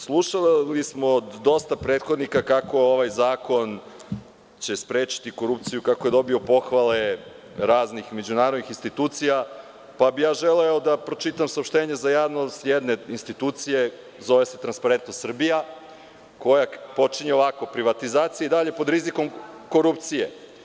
Slušali smo od dosta prethodnika kako ovaj zakon će sprečiti korupciju, kako je dobio pohvale raznih međunarodnih institucija, pa bih ja želeo da pročitam saopštenje za javnost jedne institucije, zove se „Transparentnost Srbija“, koja počinje ovako – privatizacija je i dalje pod rizikom korupcije.